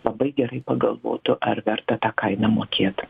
labai gerai pagalvotų ar verta tą kainą mokėti